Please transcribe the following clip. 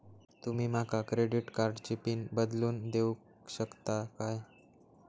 तुमी माका क्रेडिट कार्डची पिन बदलून देऊक शकता काय?